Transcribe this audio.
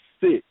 six